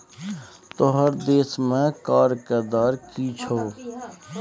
तोहर देशमे कर के दर की छौ?